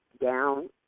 Down